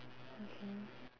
okay